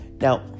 Now